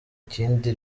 kindi